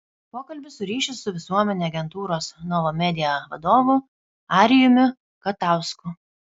pokalbis su ryšių su visuomene agentūros nova media vadovu arijumi katausku